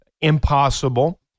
impossible